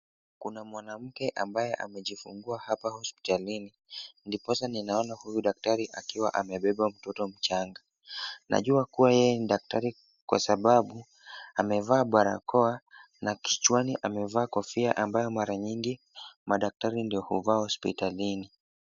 Kuna mwanamke ambaye amejifungua hapa hospitalini, ndiposa ninaona huyu daktari akiwa amebeba mtoto mchanga. Najua kuwa yeye ni daktari kwa sababu amevaa barakoa na kichwani amevaa kofia ambayo mara nyingi madaktari ndio huvaa hospitalini.